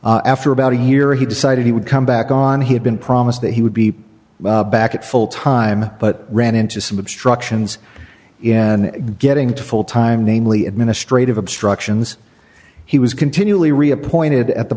after about a year he decided he would come back on he had been promised that he would be back at full time but ran into some obstructions in getting to full time namely administrative obstructions he was continually reappointed at the